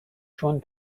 چون